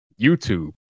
YouTube